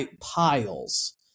piles